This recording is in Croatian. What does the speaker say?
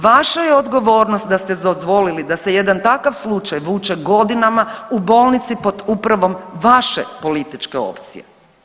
Vaša je odgovornost da ste dozvolili da se jedan takav slučaj vuče godinama u bolnici pod upravom vaše političke opcije.